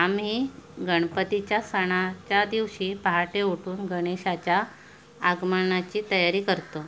आम्ही गणपतीच्या सणाच्या दिवशी पहाटे उठून गणेशाच्या आगमनाची तयारी करतो